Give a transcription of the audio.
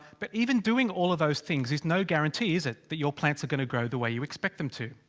but even doing all of those things is no guarantee, is it? that your plants are gonna grow the way you expect them to.